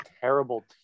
terrible